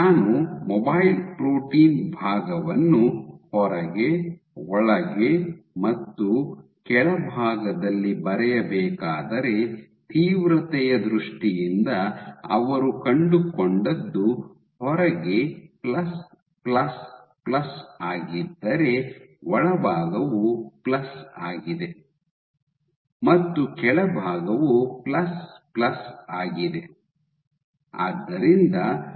ನಾನು mobile protein ಭಾಗವನ್ನು ಹೊರಗೆ ಒಳಗೆ ಮತ್ತು ಕೆಳಭಾಗದಲ್ಲಿ ಬರೆಯಬೇಕಾದರೆ ತೀವ್ರತೆಯ ದೃಷ್ಟಿಯಿಂದ ಅವರು ಕಂಡುಕೊಂಡದ್ದು ಹೊರಗೆ ಪ್ಲಸ್ ಪ್ಲಸ್ ಪ್ಲಸ್ ಆಗಿದ್ದರೆ ಒಳಭಾಗವು ಪ್ಲಸ್ ಆಗಿದೆ ಮತ್ತು ಕೆಳಭಾಗವು ಪ್ಲಸ್ ಪ್ಲಸ್ ಆಗಿದೆ